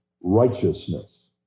righteousness